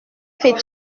fais